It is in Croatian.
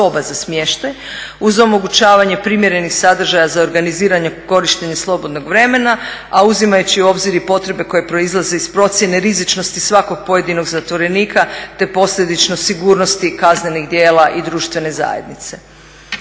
uz omogućavanje primjerenih sadržaja za organiziranje i korištenje slobodnog vremena a uzimajući u obzir i potrebe koje proizlaze iz procjene rizičnosti svakog pojedinog zatvorenika te posljedično sigurnosti kaznenih djela i društvene zajednice.